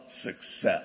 success